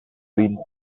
been